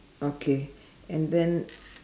okay and then